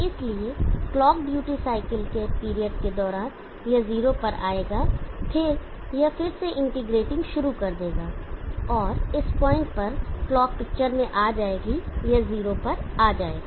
इसलिए clock duty cycle के period के दौरान यह जीरो पर आ जाएगा फिर यह फिर से इंटीग्रेटिंग शुरू करेगा और इस पॉइंट पर क्लॉक पिक्चर में आ जाएगी यह जीरो पर आ जाएगा